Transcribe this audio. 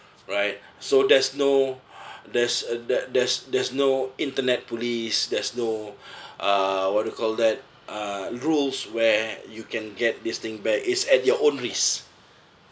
right so there's no there's a there's there's no internet police there's no err what do you call that uh rules where you can get this thing back it's at your own risk